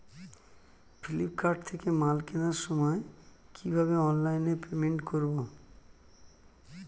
Flipkart থেকে মাল কেনার সময় কিভাবে অনলাইনে পেমেন্ট করব?